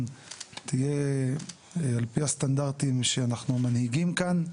תהיה על פי הסטנדרטים שאנחנו מנהיגים כאן,